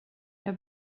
jag